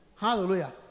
Hallelujah